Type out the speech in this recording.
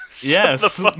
Yes